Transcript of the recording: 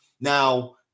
Now